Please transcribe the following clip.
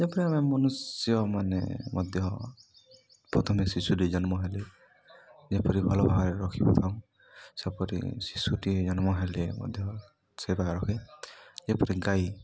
ଯେପରି ଆମେ ମନୁଷ୍ୟ ମାନେ ମଧ୍ୟ ପ୍ରଥମେ ଶିଶୁଟି ଜନ୍ମ ହେଲି ଯେପରି ଭଲ ଭାବରେ ରଖିଥାଉ ସେପରି ଶିଶୁଟି ଜନ୍ମ ହେଲି ମଧ୍ୟ ସେବା ରଖେ ଯେପରି ଗାଈ